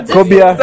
Kobia